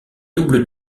double